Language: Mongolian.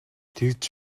тэгж